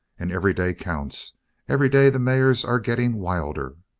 and every day counts every day the mares are getting wilder!